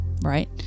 right